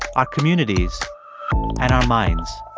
our communities and our minds